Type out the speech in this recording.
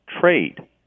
trade